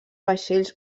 vaixells